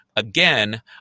Again